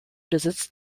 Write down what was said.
besitzt